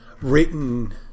Written